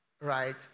right